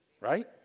right